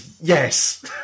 yes